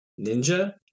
Ninja